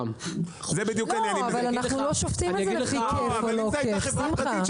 אבל אנחנו לא שופטים את זה לפי כיף או לא, שמחה.